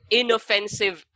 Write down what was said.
inoffensive